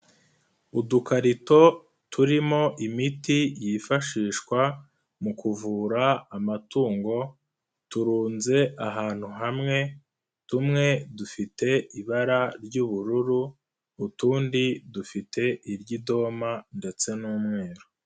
Udukarito turimo imiti yifashishwa mu kuvura amatungo, turunze ahantu hamwe tumwe dufite ibara ry'ubururu, utundi dufite iry'idoma ndetse n'umweru.